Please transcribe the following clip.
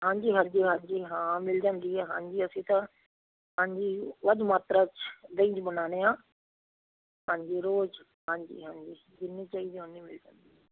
ਹਾਂਜੀ ਹਾਂਜੀ ਹਾਂਜੀ ਹਾਂ ਮਿਲ ਜਾਂਦੀ ਆ ਹਾਂਜੀ ਅਸੀਂ ਤਾਂ ਹਾਂਜੀ ਵੱਧ ਮਾਤਰਾ 'ਚ ਦਹੀਂ ਬਣਾਉਂਦੇ ਹਾਂ ਹਾਂਜੀ ਰੋਜ਼ ਹਾਂਜੀ ਹਾਂਜੀ ਜਿੰਨੀ ਚਾਹੀਦੀ ਉਨੀ ਮਿਲ ਸਕਦੀ